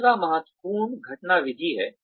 तीसरा महत्वपूर्ण घटना विधि है